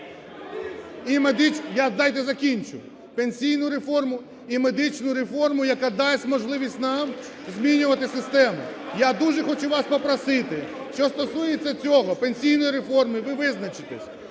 Дайте закінчу. Пенсійну реформу і медичну реформу, яка дасть можливість нам змінювати систему. Я дуже хочу вас попросити, що стосується цього, пенсійної реформи, ви визначитесь.